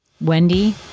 Wendy